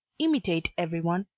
imitate every one,